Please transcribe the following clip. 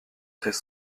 très